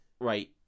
Right